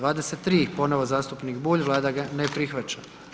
23. ponovo zastupnik Bulj, Vlada ne prihvaća.